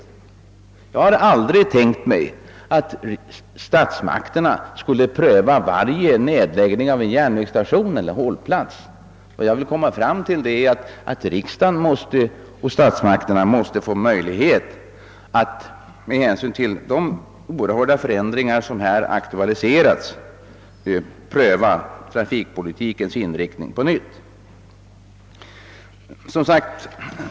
Jag har aldrig tänkt mig att riksdagen skulle pröva varje indragning av en järnvägsstation eller hållplats, men jag vill poängtera att riksdagen och statsmakterna måste få möjlighet att med hänsyn till de oerhörda förändringar som har aktualiserats pröva trafikpolitikens inriktning på nytt.